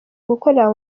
gukorera